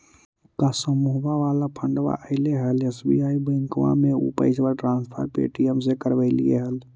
का समुहवा वाला फंडवा ऐले हल एस.बी.आई बैंकवा मे ऊ पैसवा ट्रांसफर पे.टी.एम से करवैलीऐ हल?